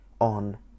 on